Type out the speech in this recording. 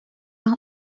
los